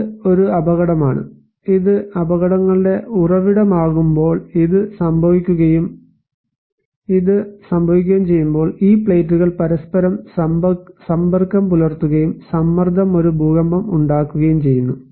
ഇത് ഒരു അപകടമാണ് ഇത് അപകടങ്ങളുടെ ഉറവിടമാകുമ്പോൾ ഇത് സംഭവിക്കുകയും ഇത് സംഭവിക്കുകയും ചെയ്യുമ്പോൾ ഈ പ്ലേറ്റുകൾ പരസ്പരം സമ്പർക്കം പുലർത്തുകയും സമ്മർദ്ദം ഒരു ഭൂകമ്പം ഉണ്ടാക്കുകയും ചെയ്യുന്നു